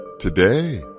Today